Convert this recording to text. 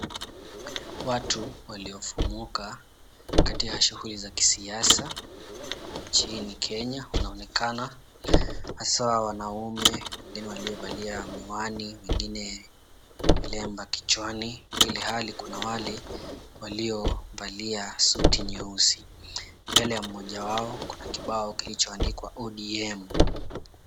Watu waliofumuka katika shughuli za kisiasa nchini Kenya. Wanaonekana hasa wanaume wengine waliovalia miwani, wengine kilemba kichwani ilhali kuna wale waliovalia suti nyeusi. Mbele ya mmoja wao kuna kibao kilichoandikwa ODM.